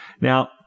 Now